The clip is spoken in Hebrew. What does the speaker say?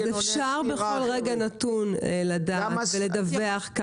אפשר בכל רגע נתון לדעת ולדווח.